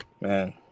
Man